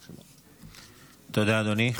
תודה, אדוני.